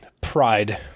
pride